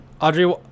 Audrey